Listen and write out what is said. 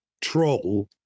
troll